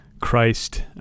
Christ